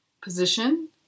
position